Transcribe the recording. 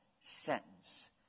sentence